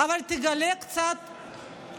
אבל תגלה קצת,